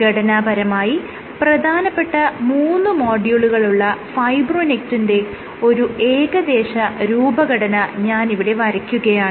ഘടനാപരമായി പ്രധാനപ്പെട്ട മൂന്ന് മോഡ്യൂളുകളുള്ള ഫൈബ്രോനെക്റ്റിന്റെ ഒരു ഏകദേശ രൂപഘടന ഞാൻ ഇവിടെ വരയ്ക്കുകയാണ്